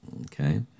Okay